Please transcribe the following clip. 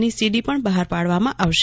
ની સીડી પણ બહાર પાડવામાં આવશે